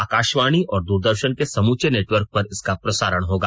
आकाशवाणी और दूरदर्शन के समूचे नेटवर्क पर इसका प्रसारण होगा